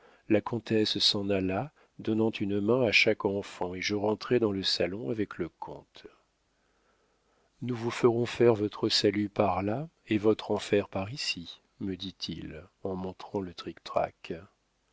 la comtesse s'en alla donnant une main à chaque enfant et je rentrai dans le salon avec le comte nous vous ferons faire votre salut par là et votre enfer par ici me dit-il en montrant le trictrac